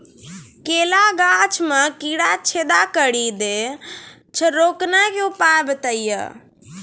केला गाछ मे कीड़ा छेदा कड़ी दे छ रोकने के उपाय बताइए?